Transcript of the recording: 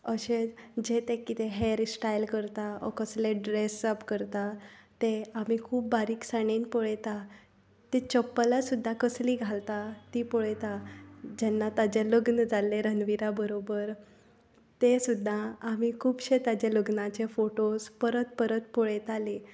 अशें जें तें किदें हॅर स्टायल करता ऑ कसलें ड्रॅसाप करता तें आमी खूब बारीकसाणेन पळयता तें चप्पला सुद्दां कसलीं घालता तीं पळयता जेन्ना ताचें लग्न जाल्लें रनविरा बरोबर तें सुद्दां आमी खुबशे ताजे लग्नाचे फोटोज परत परत पळयतालीं